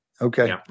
Okay